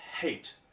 hate